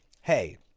hey